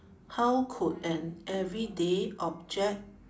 how could an everyday object